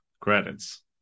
credits